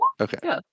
Okay